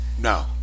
No